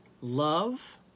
love